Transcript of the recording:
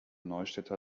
neustädter